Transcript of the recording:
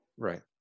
Right